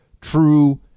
true